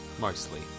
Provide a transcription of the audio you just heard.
Mostly